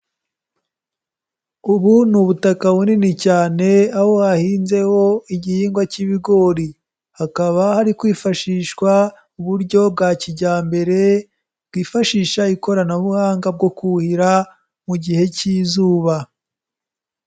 Ubu ni ubutaka bunini cyane, aho hahinzeho igihingwa cy'ibigori. Hakaba hari kwifashishwa uburyo bwa kijyambere bwifashisha ikoranabuhanga bwo kuhira mu gihe k'izuba.